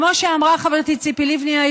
כמו שאמרה היום חברתי ציפי לבני: